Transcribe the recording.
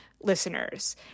listeners